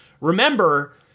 remember